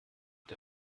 der